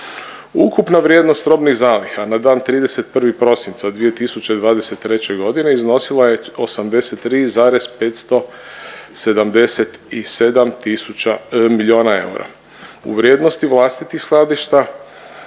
Ukupna vrijednost robnih zaliha na dan 31. prosinca 2023.g. iznosila je 83,577 miliona eura. U vrijednosti vlastitih skladišta